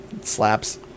slaps